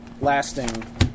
lasting